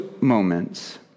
moments